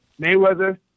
Mayweather